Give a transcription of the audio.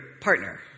partner